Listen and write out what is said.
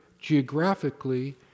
geographically